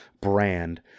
brand